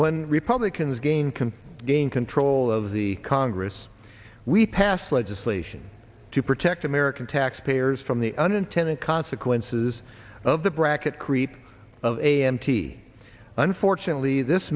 when republicans gain can gain control of the congress we passed legislation to protect american taxpayers from the unintended consequences of the bracket creep of a m t unfortunately this